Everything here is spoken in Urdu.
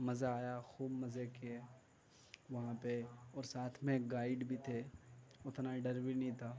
مزا آیا خوب مزے کیے وہاں پہ اور ساتھ میں ایک گائیڈ بھی تھے اتنا ڈر بھی نہیں تھا